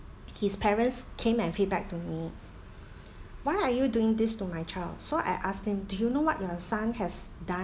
his parents came and feedback to me why are you doing this to my child so I asked him do you know what your son has done